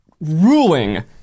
ruling